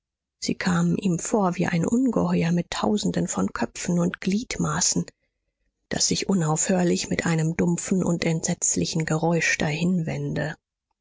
sie kamen ihm vor wie ein ungeheuer mit tausenden von köpfen und gliedmaßen das sich unaufhörlich mit einem dumpfen und entsetzlichen geräusch dahinwände